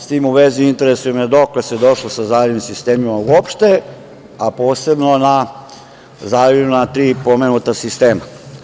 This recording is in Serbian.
S tim u vezi interesuje me dokle se došlo sa zalivnim sistemima u opšte, a posebno na zalivima tri pomenuta sistema.